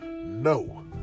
No